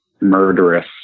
murderous